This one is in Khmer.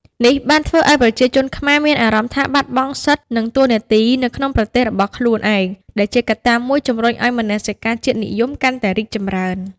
នេះបានធ្វើឱ្យប្រជាជនខ្មែរមានអារម្មណ៍ថាបាត់បង់សិទ្ធិ និងតួនាទីនៅក្នុងប្រទេសរបស់ខ្លួនឯង ដែលជាកត្តាមួយជំរុញឱ្យមនសិការជាតិនិយមកាន់តែរីកចម្រើន។